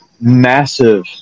massive